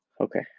okay